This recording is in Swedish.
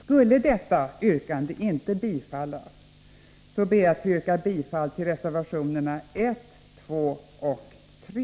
Skulle detta yrkande inte bifallas, ber jag att få yrka bifall till reservationerna 1, 2 och 3.